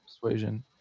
Persuasion